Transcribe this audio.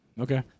okay